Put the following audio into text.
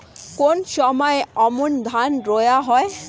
কোন সময় আমন ধান রোয়া হয়?